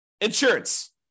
insurance